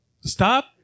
Stop